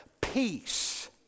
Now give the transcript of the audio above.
Peace